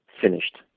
finished